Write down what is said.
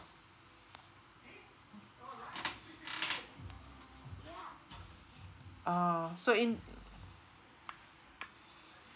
ah so in